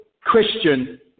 Christian